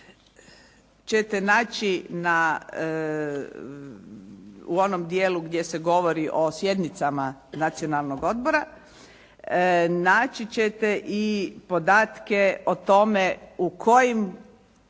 ćete naći u onom dijelu gdje se govori o sjednicama Nacionalnog odbora, naći ćete i podatke o tome u kojim